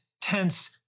tense